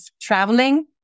traveling